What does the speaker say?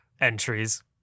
entries